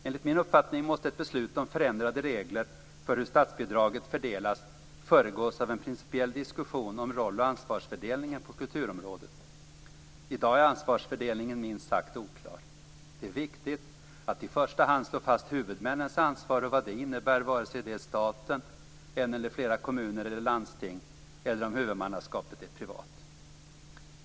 Enligt min uppfattning måste ett beslut om förändrade regler för hur statsbidraget fördelas föregås av en principiell diskussion om roll och ansvarsfördelningen på kulturområdet. I dag är ansvarsfördelningen minst sagt oklar. Det är viktigt att i första hand slå fast huvudmännens ansvar och vad det innebär, var sig det är staten, en eller flera kommuner eller landsting eller om huvudmannaskapet är privat.